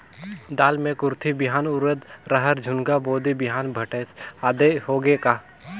दाल मे कुरथी बिहान, उरीद, रहर, झुनगा, बोदी बिहान भटेस आदि होगे का?